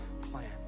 plan